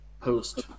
post